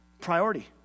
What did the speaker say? Priority